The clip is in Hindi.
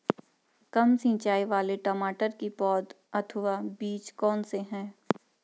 कम सिंचाई वाले टमाटर की पौध अथवा बीज कौन से हैं?